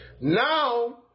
Now